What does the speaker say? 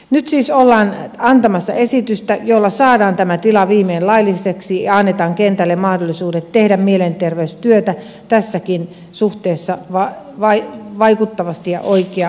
nyt siis ollaan antamassa esitystä jolla saadaan tämä tila viimein lailliseksi ja annetaan kentälle mahdollisuudet tehdä mielenterveystyötä tässäkin suhteessa vaikuttavasti ja oikea aikaisesti